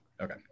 Okay